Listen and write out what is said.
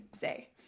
say